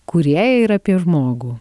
kūrėją ir apie žmogų